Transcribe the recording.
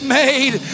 made